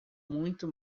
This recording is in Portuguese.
muito